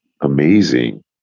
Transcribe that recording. amazing